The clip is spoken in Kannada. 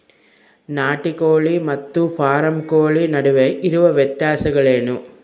ನಾಟಿ ಕೋಳಿ ಮತ್ತು ಫಾರಂ ಕೋಳಿ ನಡುವೆ ಇರುವ ವ್ಯತ್ಯಾಸಗಳೇನು?